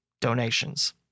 donations